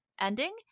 ending